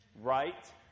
right